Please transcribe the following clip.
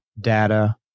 data